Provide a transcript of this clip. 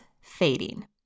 fading